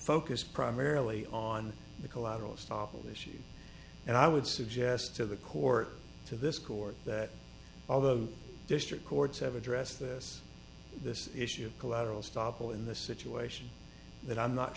focus primarily on the collateral estoppel issue and i would suggest to the court to this court that although district courts have addressed this this issue of collateral stoppel in this situation that i'm not